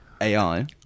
AI